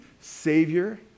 Savior